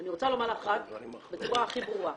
אני רוצה לומר רק בצורה הכי ברורה,